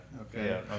Okay